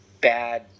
bad